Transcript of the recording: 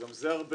גם זה הרבה,